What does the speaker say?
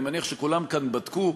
אני מניח שכולם כאן בדקו,